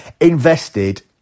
invested